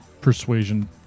Persuasion